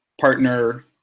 partner